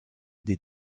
des